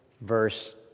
verse